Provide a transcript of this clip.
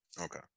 Okay